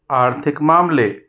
आर्थिक मामले